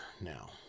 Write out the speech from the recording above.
now